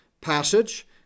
passage